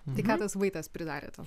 tai ką tas vaitas pridarė